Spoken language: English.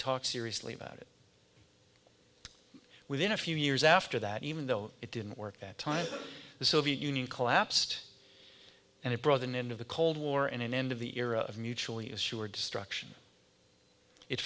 talk seriously about it within a few years after that even though it didn't work that time the soviet union collapsed and it brought an end of the cold war and an end of the era of mutually assured destruction it